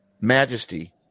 majesty